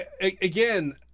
again